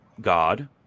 god